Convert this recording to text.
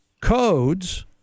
codes